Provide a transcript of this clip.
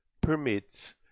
permits